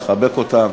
לחבק אותם.